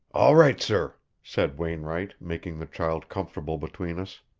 all right, sir, said wainwright, making the child comfortable between us.